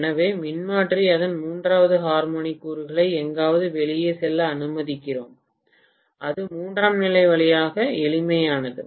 எனவே மின்மாற்றி அதன் மூன்றாவது ஹார்மோனிக் கூறுகளை எங்காவது வெளியே செல்ல அனுமதிக்கிறோம் அது மூன்றாம் நிலை வழியாக எளிமையானது